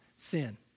sin